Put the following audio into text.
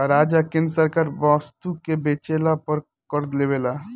राज्य आ केंद्र सरकार वस्तु के बेचला पर कर लेवेला